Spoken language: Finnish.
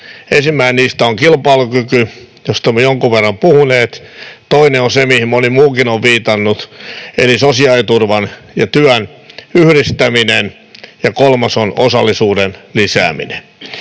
ensimmäinen niistä on kilpailukyky, josta olemme jonkun verran puhuneet, toinen on se, mihin moni muukin on viitannut, eli sosiaaliturvan ja työn yhdistäminen, ja kolmas on osallisuuden lisääminen.